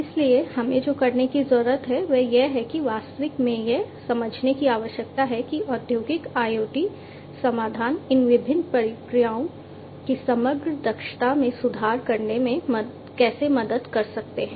इसलिए हमें जो करने की जरूरत है वह यह है कि वास्तव में यह समझने की आवश्यकता है कि औद्योगिक IoT समाधान इन विभिन्न प्रक्रियाओं की समग्र दक्षता में सुधार करने में कैसे मदद कर सकते हैं